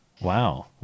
Wow